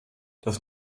dass